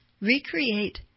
Recreate